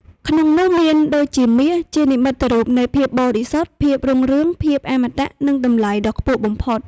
ក្នុងនោះមាន ដូចជា មាស ជានិមិត្តរូបនៃភាពបរិសុទ្ធ ភាពរុងរឿង ភាពអមតៈ និងតម្លៃដ៏ខ្ពស់បំផុត។